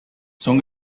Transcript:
son